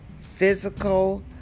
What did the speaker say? physical